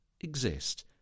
exist